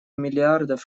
миллиардов